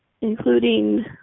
including